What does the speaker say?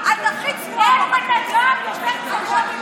את הכי צבועה פה בכנסת.